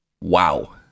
wow